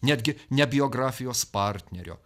netgi ne biografijos partnerio